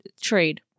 trade